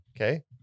okay